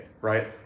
right